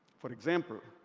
for example,